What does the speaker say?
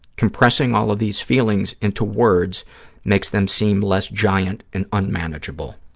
compressing all of these feelings into words makes them seem less giant and unmanageable.